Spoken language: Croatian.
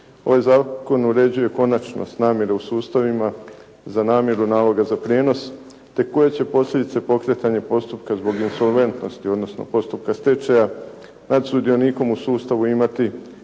Ovaj zakon uređuje konačnost namire u sustavima za namiru naloga za prijenos te koje će posljedice pokretanja postupka zbog insolventnosti odnosno postupka stečaja nad sudionikom u sustavu imati